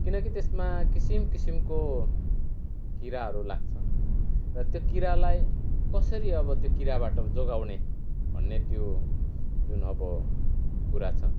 किनकि त्यसमा किसिम किसिमको किराहरू लाग्छ र त्यो किरालाई कसरी अब त्यो किराबाट जोगाउने भन्ने त्यो जुन अब कुरा छ